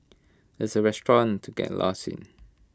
it's A restaurant to get lost in